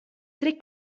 tre